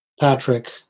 Patrick